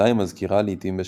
אותה היא מזכירה לעיתים בשיריה.